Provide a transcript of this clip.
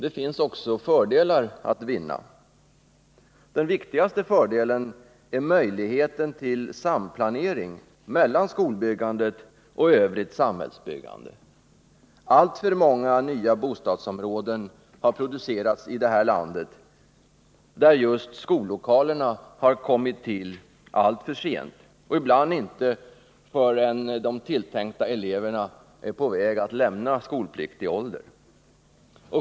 Det finns också fördelar att vinna med att ta bort statsbidraget. Den viktigaste fördelen är möjligheten till samplanering mellan skolbyggandet och övrigt samhällsbyggande. Alltför många nya bostadsområden har producerats i det här landet där just skollokalerna har kommit till alltför sent, ibland inte förrän de tilltänkta eleverna är på väg att lämna skolpliktig ålder.